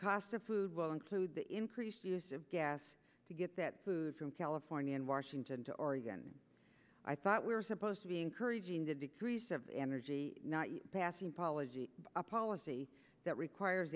cost of food will include the increased use of gas to get that food from california and washington to oregon i thought we were supposed to be encouraging the decrease of energy not passing apology a policy that requires